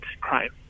crime